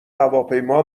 هواپیما